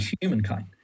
humankind